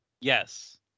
Yes